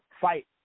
fight